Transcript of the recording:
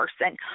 person